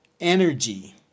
energy